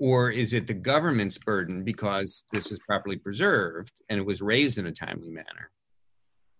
or is it the government's burden because this is properly preserved and it was raised in a timely manner